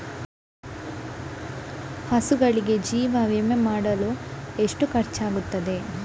ಹಸುಗಳಿಗೆ ಜೀವ ವಿಮೆ ಮಾಡಲು ಎಷ್ಟು ಖರ್ಚಾಗುತ್ತದೆ?